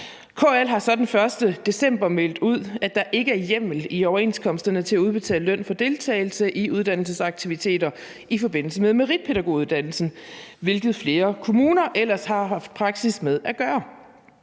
KL har så den 1. december meldt ud, at der ikke er hjemmel i overenskomsterne til at udbetale løn for deltagelse i uddannelsesaktiviteter i forbindelse med meritpædagoguddannelsen, hvilket flere kommuner ellers har haft praksis med at gøre.